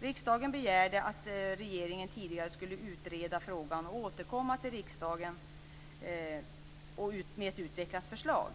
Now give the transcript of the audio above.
Riksdagen begärde att regeringen ytterligare skulle utreda frågan och återkomma till riksdagen med ett utvecklat förslag.